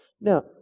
Now